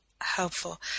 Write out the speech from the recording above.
helpful